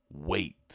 Wait